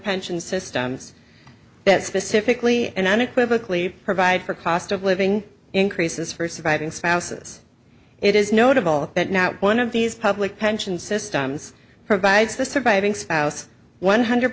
pension systems that specifically an unequivocal leave provide for cost of living increases for surviving spouses it is notable that not one of these public pension systems provides the surviving spouse one hundred